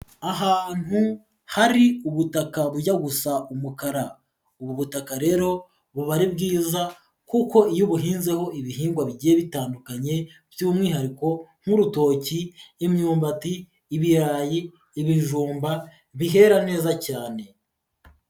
Ahantu hari ubutaka bujya gusa umukara, ubu butaka rero buba ari bwiza kuko iyo ubuhinzeho ibihingwa bigiye bitandukanye, by'umwihariko nk'urutoki ,imyumbati, ibirayi, ibijumba, bihera neza cyane.